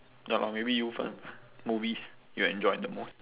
ya lor maybe you first lah movies you enjoy the most